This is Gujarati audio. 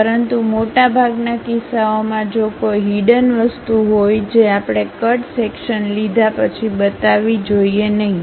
પરંતુ મોટાભાગના કિસ્સાઓમાં જો કોઈ હીડન વસ્તુ હોય જે આપણે કટ સેક્શન્ લીધા પછી બતાવવી જોઈએ નહીં